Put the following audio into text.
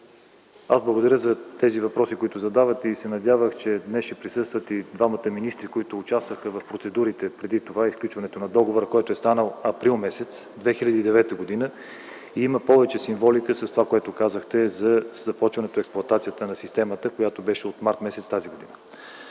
Аз благодаря за тези въпроси, които задавате и се надявам, че днес ще присъстват и двамата министри, които участваха в процедурите преди това и сключването на договора, който е станал през м. април 2009 г. И има повече символика с това, което казахте за започването на експлоатацията на системата, която беше от м. март т.г.